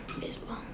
Baseball